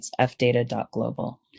fdata.global